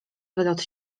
wylot